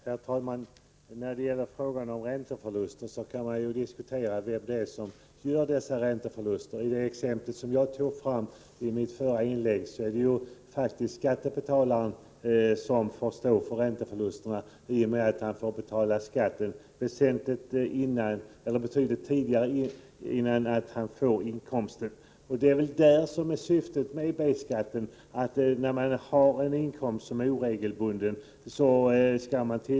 Herr talman! När det gäller frågan om ränteförluster kan man diskutera vem det är som gör dessa ränteförluster. I det exempel som jag anförde i mitt förra inlägg är det faktiskt skattebetalaren som får stå för ränteförlusterna i och med att han får betala skatten betydligt tidigare än han får inkomsten. Syftet med B-skatten är att den skall tillämpas när man har en inkomst som är oregelbunden.